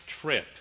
trip